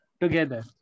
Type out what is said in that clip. together